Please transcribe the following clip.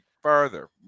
further